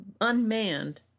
unmanned